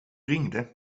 ringde